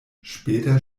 später